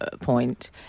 point